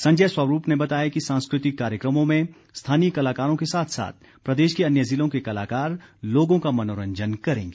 संजय स्वरूप ने बताया कि सांस्कृतिक कार्यक्रमों में स्थानीय कलाकारों के साथ साथ प्रदेश के अन्य ज़िलों के कलाकार लोगों का मनोरंजन करेंगे